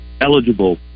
eligible